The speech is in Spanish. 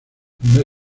primer